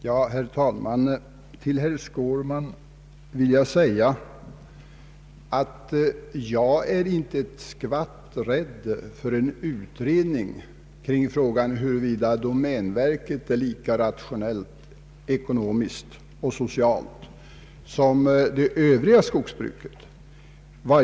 Herr talman! Till herr Skårman vill jag säga att jag inte är ett skvatt rädd för en utredning kring frågan huruvida domänverket är lika rationellt i ekonomiskt och socialt avseende som övriga skogsägare.